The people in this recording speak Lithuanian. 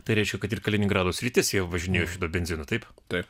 tai reiškia kad ir kaliningrado sritis jau važinėjo be benzino taip taip